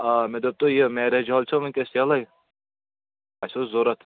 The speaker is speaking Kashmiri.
آ مےٚ دوٚپ تُہۍ یہِ میریج حال چھا وُنکٮ۪س یلے اَسہِ اوس ضروٗرت